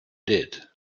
did